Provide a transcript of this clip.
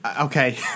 Okay